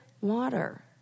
water